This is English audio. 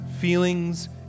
feelings